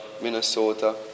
Minnesota